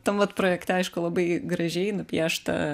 tam vat projekte aišku labai gražiai nupiešta